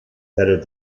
headed